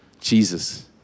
Jesus